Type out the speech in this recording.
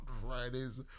Fridays